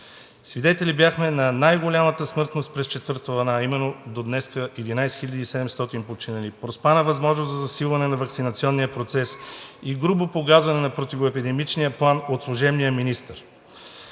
Свидетели бяхме на най-голямата смъртност през четвъртата вълна, а именно до днес 11 хиляди и 700 починали, проспана възможност за засилване на ваксинационния процес и грубо погазване на Противоепидемичния план от служебния министър,